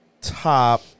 top